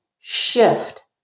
shift